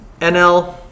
NL